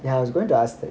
ya I was going to ask that